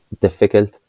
difficult